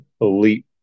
elite